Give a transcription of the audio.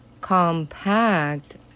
compact